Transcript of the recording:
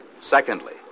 Secondly